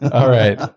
alright.